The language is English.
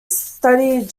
studied